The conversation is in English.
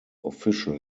official